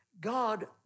God